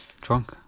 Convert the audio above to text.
drunk